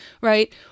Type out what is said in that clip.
right